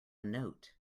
note